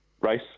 race